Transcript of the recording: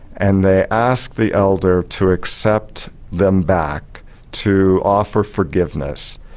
and they asked the elder to accept them back to offer forgiveness.